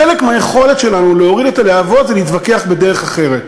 חלק מהיכולת שלנו להוריד את הלהבות זה להתווכח בדרך אחרת.